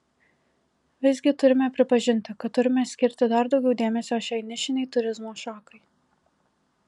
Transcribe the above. visgi turime pripažinti kad turime skirti dar daugiau dėmesio šiai nišinei turizmo šakai